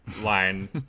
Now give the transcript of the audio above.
line